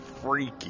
freaky